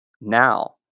Now